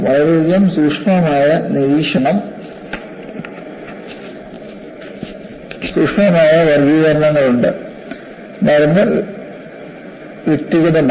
വളരെയധികം സൂക്ഷ്മമായ വർഗ്ഗീകരണങ്ങളുണ്ട് മരുന്ന് വ്യക്തിഗതമാണ്